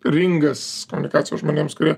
ringas komunikacijos žmonėms kurie